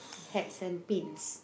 hats and pins